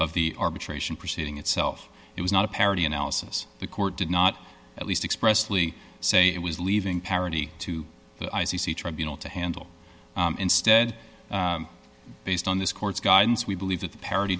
of the arbitration proceeding itself it was not a parity analysis the court did not at least expressly say it was leaving parity to the i c c tribunal to handle instead based on this court's guidance we believe that the parity